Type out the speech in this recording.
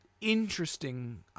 interesting